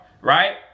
right